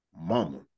mama